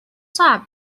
صعب